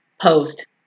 post